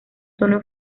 tono